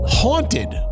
haunted